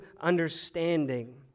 understanding